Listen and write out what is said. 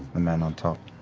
the man on top.